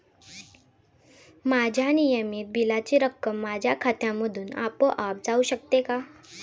माझ्या नियमित बिलाची रक्कम माझ्या खात्यामधून आपोआप जाऊ शकते का?